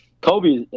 Kobe